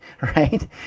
right